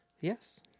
Yes